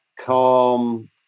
calm